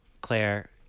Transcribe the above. Claire